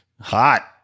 Hot